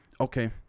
Okay